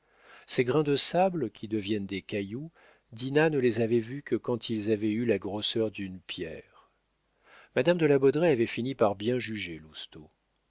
ces grains de sable qui deviennent des cailloux dinah ne les avait vus que quand ils avaient eu la grosseur d'une pierre madame de la baudraye avait fini par bien juger